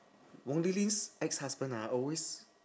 wong li lin's ex-husband ah always